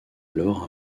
alors